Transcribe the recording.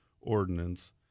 ordinance